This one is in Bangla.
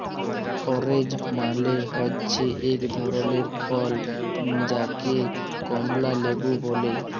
অরেঞ্জ মালে হচ্যে এক ধরলের ফল যাকে কমলা লেবু ব্যলে